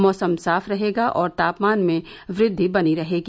मौसम साफ रहेगा और तापमान में वृद्धि बनी रहेगी